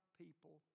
people